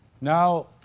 Now